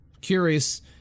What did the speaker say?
curious